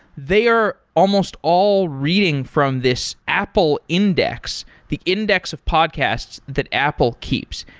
they are almost all reading from this apple index, the index of podcasts that apple keeps.